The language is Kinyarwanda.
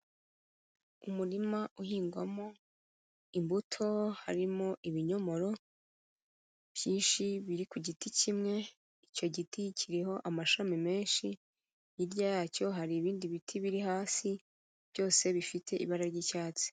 Umurima uhingwamo imbuto harimo ibinyomoro byinshi biri ku giti kimwe, icyo giti kiriho amashami menshi, hirya yacyo hari ibindi biti biri hasi byose bifite ibara ry'icyatsi.